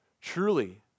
Truly